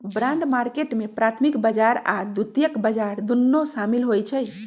bond market में प्राथमिक बजार आऽ द्वितीयक बजार दुन्नो सामिल होइ छइ